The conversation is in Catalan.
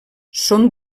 són